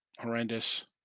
horrendous